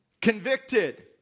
convicted